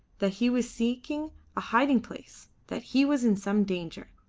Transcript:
that he was seeking a hiding-place, that he was in some danger.